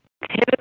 Typically